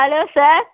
hello sir